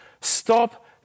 stop